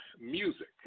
music